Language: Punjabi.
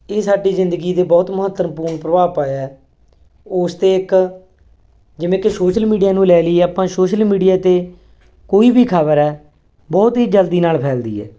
ਇਹ ਸਾਡੀ ਜ਼ਿੰਦਗੀ ਦੇ ਬਹੁਤ ਮਹੱਤਵਪੂਰਨ ਪ੍ਰਭਾਵ ਪਾਇਆ ਉਸ 'ਤੇ ਇੱਕ ਜਿਵੇਂ ਕਿ ਸੋਸ਼ਲ ਮੀਡੀਆ ਨੂੰ ਲੈ ਲਈਏ ਆਪਾਂ ਸੋਸ਼ਲ ਮੀਡੀਆ 'ਤੇ ਕੋਈ ਵੀ ਖ਼ਬਰ ਹੈ ਬਹੁਤ ਹੀ ਜਲਦੀ ਨਾਲ ਫੈਲਦੀ ਹੈ